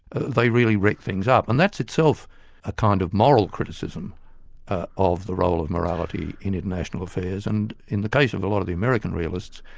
they really wreck things up, and that's itself a kind of moral criticism ah of the role of morality in international affairs, and in the case of a lot of the american realists,